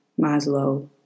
Maslow